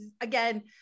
again